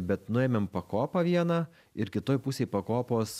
bet nuėmėm pakopą vieną ir kitoj pusėj pakopos